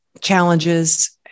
challenges